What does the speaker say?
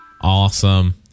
Awesome